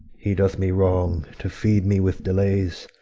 he doth me wrong to feed me with delays.